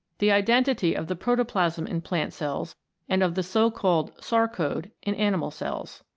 the identity of the protoplasm in plant cells and of the so-called sarcode in animal cells.